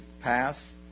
pass